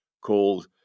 called